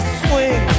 swing